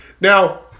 Now